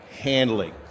handling